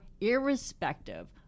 irrespective